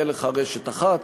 תהיה לך רשת אחת,